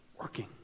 working